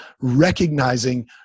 recognizing